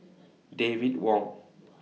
David Wong